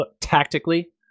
Tactically